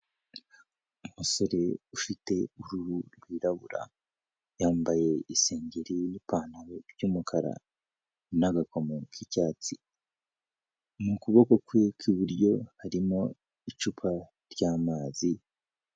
Umusore ufite uruhu rwirabura, yambaye isengeri n'ipantaro by'umukara n'agakomo k'icyatsi, mu kuboko kwe kw'iburyo harimo icupa ry'amazi.